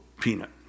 Peanut